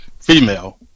female